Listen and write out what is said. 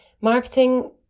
marketing